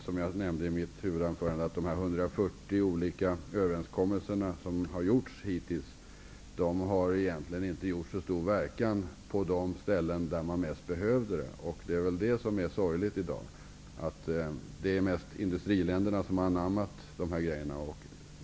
Som jag nämnde i mitt huvudanförande, har de 140 olika överenskommelser som gjorts hittills egentligen inte haft så stor verkan på de ställen där behovet varit störst. Det som är sorgligt i dag är att det mest är industriländerna som har anammat de här sakerna.